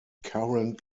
current